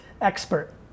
expert